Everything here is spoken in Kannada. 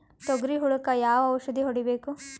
ತೊಗರಿ ಹುಳಕ ಯಾವ ಔಷಧಿ ಹೋಡಿಬೇಕು?